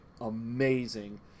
amazing